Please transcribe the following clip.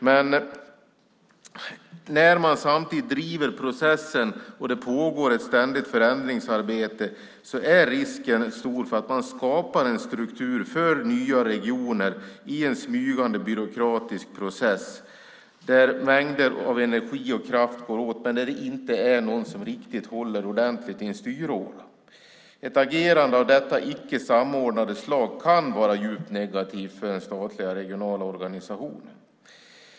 Men när man samtidigt driver processen och det pågår ett ständigt förändringsarbete är risken stor att man skapar en struktur för nya regioner i en smygande byråkratisk process, där mängder av energi och kraft går åt men ingen håller ordentligt i styråran. Ett agerande av detta icke samordnade slag kan vara djupt negativt för den statliga regionala organisationen.